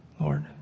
Lord